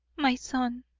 my son,